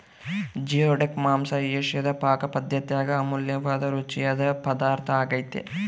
geoduck ಮಾಂಸ ಏಷಿಯಾದ ಪಾಕಪದ್ದತ್ಯಾಗ ಅಮೂಲ್ಯವಾದ ರುಚಿಯಾದ ಪದಾರ್ಥ ಆಗ್ಯೆತೆ